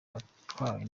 watwaye